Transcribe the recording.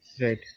Right